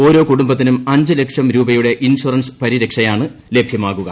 ഓരോ കുടുംബത്തിനും അഞ്ച് ലക്ഷം രൂപയുടെ ഇൻഷറൻസ് പരിരക്ഷയാണ് ലഭ്യമാകുക